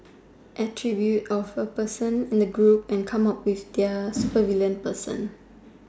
attribute of a person in a group and come up with their super villain person